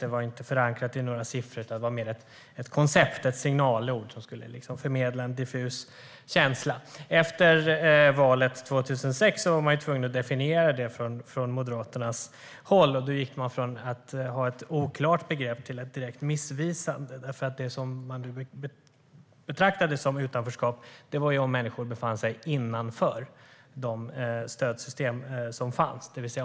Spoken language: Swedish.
Det var inte förankrat i några siffror, utan det var mer ett koncept, ett signalord som liksom skulle förmedla en diffus känsla. Efter valet 2006 var man från Moderaternas håll tvungen att definiera det, och då gick man från att ha ett oklart begrepp till att ha ett direkt missvisande, för det man då betraktade som utanförskap var om människor befann sig innanför de stödsystem som fanns.